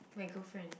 my girlfriend